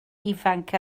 ifanc